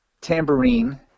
Tambourine